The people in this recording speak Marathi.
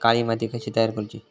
काळी माती कशी तयार करूची?